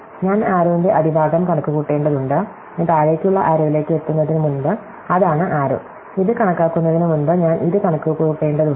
ഞാൻ ആരോന്റെ അടിഭാഗം കണക്കുകൂട്ടേണ്ടതുണ്ട് ഞാൻ താഴേയ്ക്കുള്ള ആരോലേക്ക് എത്തുന്നതിനുമുമ്പ് അതാണ് ആരോ ഇത് കണക്കാക്കുന്നതിന് മുമ്പ് ഞാൻ ഇത് കണക്കുകൂട്ടേണ്ടതുണ്ട്